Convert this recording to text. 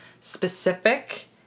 specific